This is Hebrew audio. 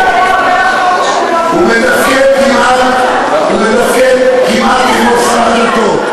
על החוק שלו, הוא מתפקד כמעט כמו שר הדתות.